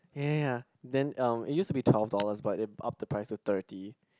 ya ya ya then um it used to be twelve dollars but it up the price to thirty